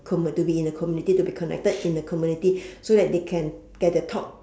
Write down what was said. commu~ to be in a community to be connected in a community so that they can get a talk